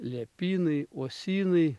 liepynai uosynai